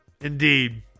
indeed